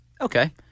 Okay